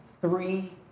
three